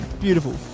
Beautiful